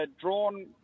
Drawn